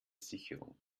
sicherung